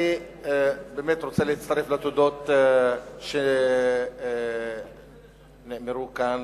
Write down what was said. אני רוצה להצטרף לתודות שנאמרו כאן,